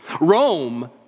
Rome